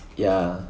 ya